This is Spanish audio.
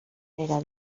carrera